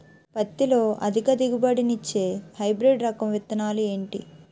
పత్తి లో అధిక దిగుబడి నిచ్చే హైబ్రిడ్ రకం విత్తనాలు ఏంటి